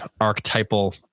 archetypal